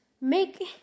make